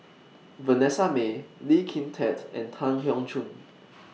Vanessa Mae Lee Kin Tat and Tan Keong Choon